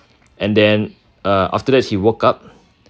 and then uh after that he woke up